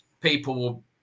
people